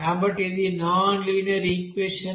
కాబట్టి ఇది non linear equation